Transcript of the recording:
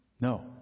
No